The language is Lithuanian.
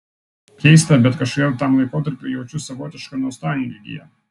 keista bet kažkodėl tam laikotarpiui jaučiu savotišką nostalgiją